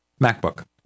MacBook